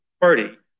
party